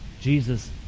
Jesus